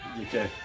Okay